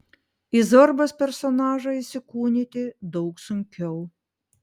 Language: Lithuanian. į zorbos personažą įsikūnyti daug sunkiau